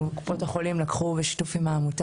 שקופות החולים של ׳מכבי׳ לקחו על עצמן בשיתוף עם העמותה.